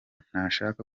ntashaka